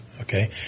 okay